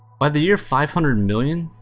by the year five hundred million,